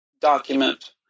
document